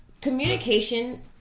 Communication